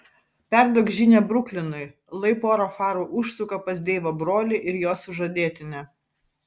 perduok žinią bruklinui lai pora farų užsuka pas deivo brolį ir jo sužadėtinę